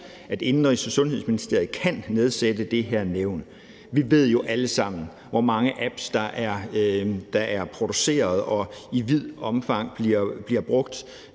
at Indenrigs- og Sundhedsministeriet kan nedsætte det her nævn. Vi ved jo alle sammen, hvor mange apps der er produceret og i vidt omfang bliver brugt.